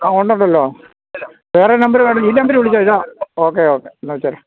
ആ ഉണ്ടുണ്ടല്ലോ വേറെ നമ്പര് വേണ്ടല്ലോ ഈ നമ്പറില് വിളിച്ചാല് മതി ഇതാണ് ഓക്കെ ഓക്കെ എന്നാല് വെച്ചുകൊള്ളൂ